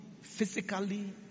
physically